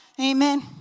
Amen